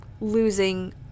losing